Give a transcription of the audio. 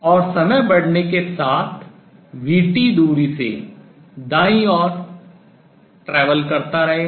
और समय बढ़ने के साथ vt दूरी से दाईं ओर travel यात्रा करता रहेगा